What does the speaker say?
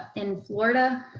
in florida,